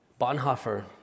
Bonhoeffer